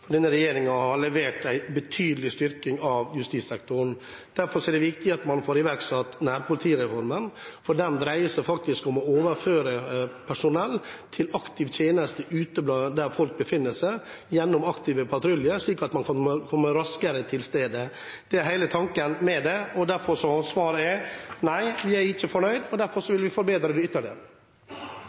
Denne regjeringen har levert en betydelig styrking av justissektoren. Derfor er det viktig at man får iverksatt nærpolitireformen, for den dreier seg faktisk om å overføre personell til aktiv tjeneste ute, der folk befinner seg, gjennom aktive patruljer, slik at man kan komme raskere til stede. Det er hele tanken med det. Derfor er svaret: Nei, vi er ikke fornøyd – og derfor vil vi forbedre det ytterligere.